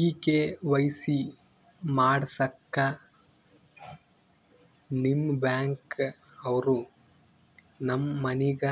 ಈ ಕೆ.ವೈ.ಸಿ ಮಾಡಸಕ್ಕ ನಿಮ ಬ್ಯಾಂಕ ಅವ್ರು ನಮ್ ಮನಿಗ